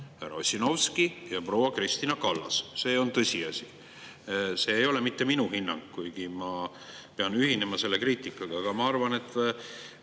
Ossinovski ja proua Kristina Kallas. See on tõsiasi. See ei ole minu hinnang, kuigi ma pean ühinema selle kriitikaga. Ma arvan, et